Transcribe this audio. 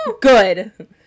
Good